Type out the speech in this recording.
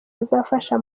azafasha